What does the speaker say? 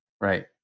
right